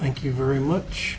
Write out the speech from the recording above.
thank you very much